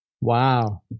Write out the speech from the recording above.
wow